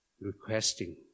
requesting